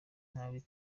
nabi